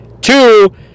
Two